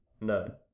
No